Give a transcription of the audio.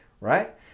right